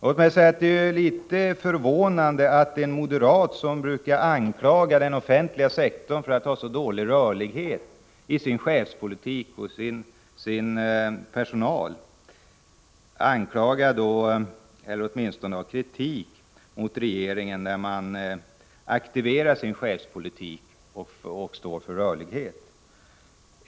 Låt mig säga att det är litet förvånande att en moderat, som brukar anklaga den offentliga sektorn för att ha så dålig rörlighet i sin chefspolitik och bland sin personal, anför kritik mot regeringen när den aktiverar sin chefspolitik och står för personalrörlighet.